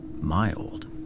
mild